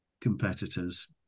competitors